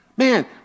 man